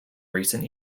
recent